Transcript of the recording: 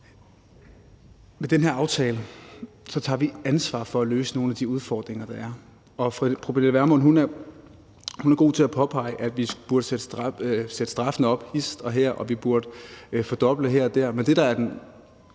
Med den her aftale tager vi ansvar for at løse nogle af de udfordringer, der er. Fru Pernille Vermund er god til at påpege, at vi burde sætte straffen op hist og her, og at vi burde fordoble den her og der, men det, der er den